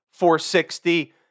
460